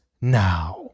now